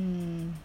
mm